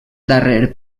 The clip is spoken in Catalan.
darrer